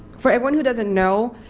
for everyone who doesn't know,